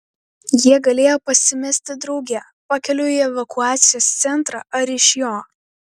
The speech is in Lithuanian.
jie galėjo pasimesti drauge pakeliui į evakuacijos centrą ar iš jo